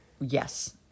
Yes